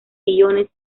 iones